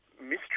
mystery